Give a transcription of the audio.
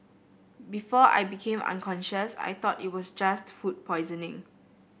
before I became unconscious I thought it was just food poisoning